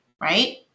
right